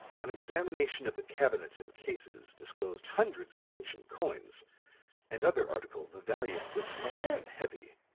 an examination of the cabinets and cases disclosed hundreds of ancient coins and other articles the value of which must have been heavy.